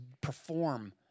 perform